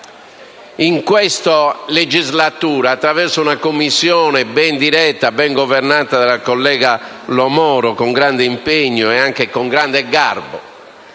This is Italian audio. In questa legislatura, attraverso la Commissione ben diretta e governata dalla collega Lo Moro con grande impegno e con grande garbo,